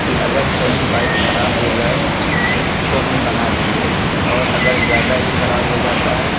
کہ اگر کہیں بائک خراب ہو جائے تو اس کو ہم بنا لیں اور اگر زیادہ ہی خراب ہو جاتا ہے